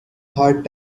hard